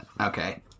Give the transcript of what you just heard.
Okay